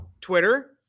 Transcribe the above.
Twitter